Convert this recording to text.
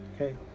Okay